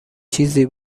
چیزی